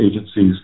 agencies